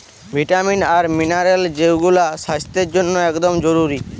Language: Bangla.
ভিটামিন আর মিনারেল যৌগুলা স্বাস্থ্যের জন্যে একদম জরুরি